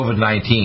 COVID-19